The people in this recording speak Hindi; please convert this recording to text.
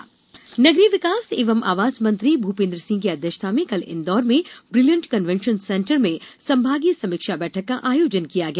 पथ विक्रेता समीक्षा नगरीय विकास एवं आवास मंत्री भूपेन्द्र सिंह की अध्यक्षता में कल इंदौर में ब्रिलियंट कान्वेंशन सेंटर में संभागीय समीक्षा बैठक का आयोजन किया गया